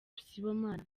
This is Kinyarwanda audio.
sibomana